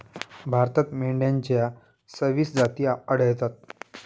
भारतात मेंढ्यांच्या सव्वीस जाती आढळतात